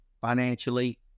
financially